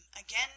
again